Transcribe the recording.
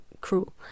cruel